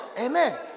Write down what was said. Amen